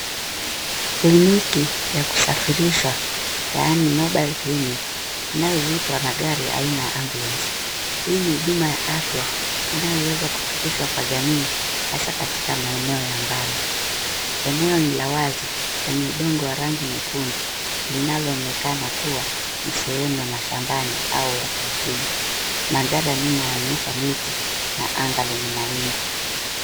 Kliniki ya kusafirishwa yaani mobile clinic inayovutwa na gari aina ya ambulance . Hii ni huduma ya afya inayoweza kufikishwa kwa jamii hasa katika maeneo ya mbali. Eneo ni la wazi lenye udongo wa rangi nyekundu linaloonekana kuwa ni sehemu ya mashambani au ya kijijini. Mandhari ya nyuma yanaonyesha miti na anga lenye mawingu.